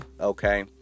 Okay